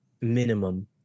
minimum